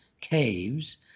caves